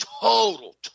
total